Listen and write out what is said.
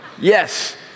yes